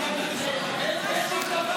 התשפ"ג 2023,